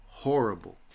Horrible